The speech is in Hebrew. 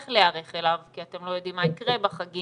להיערך אליו כי אתם לא יודעים מה יקרה בחגים